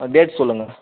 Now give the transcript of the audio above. date சொல்லுங்கள்